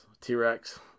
t-rex